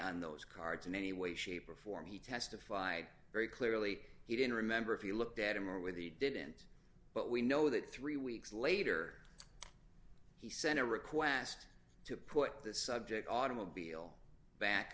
on those cards in any way shape or form he testified very clearly he didn't remember if you looked at him or with he didn't but we know that three weeks later he sent a request to put the subject automobile back